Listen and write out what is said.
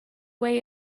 way